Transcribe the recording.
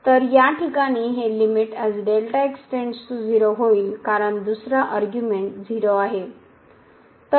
तर या ठिकाणी हे होईल कारण दुसरा आर्ग्यूमेंट 0 आहे